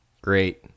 Great